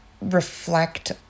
reflect